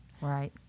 Right